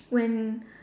when